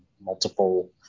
multiple